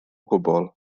gwbl